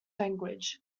language